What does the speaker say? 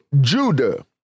Judah